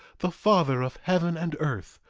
the father of heaven and earth,